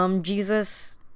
Jesus